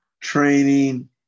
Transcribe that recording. training